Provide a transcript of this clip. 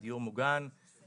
דברים שהוא לא מבצע.